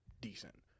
decent